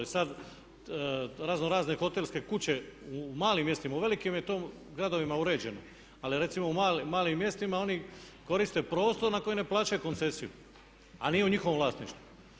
I sad raznorazne hotelske kuće u malim mjestima, u velikim je to gradovima uređeno, ali recimo u malim mjestima oni koriste prostor na koji ne plaćaju koncesiju a nije u njihovom vlasništvu.